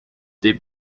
they